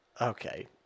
Okay